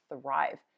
thrive